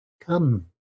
Come